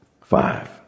Five